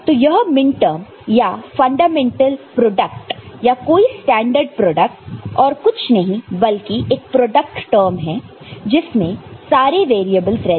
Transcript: तो यह मिनटर्म या फंडामेंटल प्रोडक्ट या कोई स्टैंडर्ड प्रोडक्ट और कुछ नहीं है बल्कि एक प्रोडक्ट टर्म है जिसमें सारे वैरियेबल्स रहते हैं